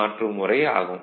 மாற்றும் முறை ஆகும்